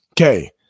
Okay